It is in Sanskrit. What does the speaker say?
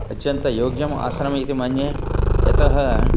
अत्यन्तं योग्यम् आसनम् इति मन्ये यतः